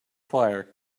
fire